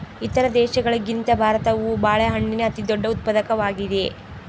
ಇತರ ದೇಶಗಳಿಗಿಂತ ಭಾರತವು ಬಾಳೆಹಣ್ಣಿನ ಅತಿದೊಡ್ಡ ಉತ್ಪಾದಕವಾಗಿದೆ